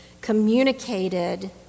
communicated